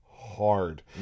hard